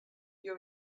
you